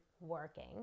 working